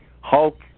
Hulk